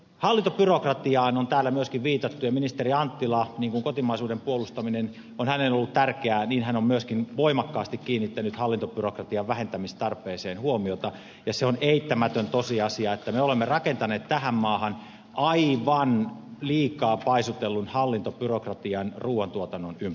hallintobyrokratiaan on täällä myöskin viitattu ja ministeri anttila kotimaisuuden puolustaminen on hänelle ollut tärkeää on myöskin voimakkaasti kiinnittänyt hallintobyrokratian vähentämistarpeeseen huomiota ja se on eittämätön tosiasia että me olemme rakentaneet tähän maahan aivan liikaa paisutellun hallintobyrokratian ruuan tuotannon ympärille